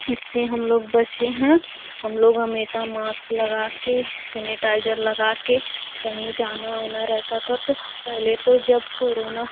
इससे हम लोग बचे हैं हम लोग हमेशा माक्स लगाकर सेनिटाइजर लगाकर कहीं जाना वाना रहता था तो पहले तो जब कोरोना